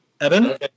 Evan